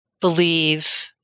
believe